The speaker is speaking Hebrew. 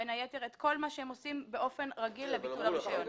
בין היתר את כל מה שהם עושים באופן רגיל לביטול הרישיון.